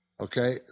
Okay